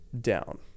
down